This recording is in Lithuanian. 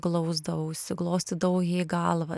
glausdavausi glostydavau jai galvą